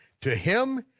to him,